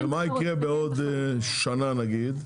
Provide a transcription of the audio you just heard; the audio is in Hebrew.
ומה יקרה בעוד שנה נגיד?